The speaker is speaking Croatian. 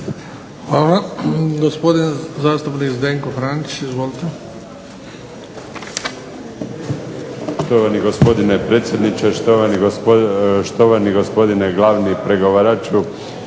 Hvala. I gospodin zastupnik Zdenko Franić, izvolite. **Franić, Zdenko (SDP)** Štovani gospodine predsjedniče, štovani gospodine glavni pregovaraču.